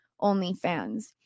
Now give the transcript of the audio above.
OnlyFans